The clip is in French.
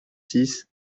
six